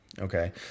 Okay